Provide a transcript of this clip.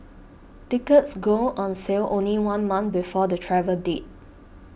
tickets go on sale only one month before the travel date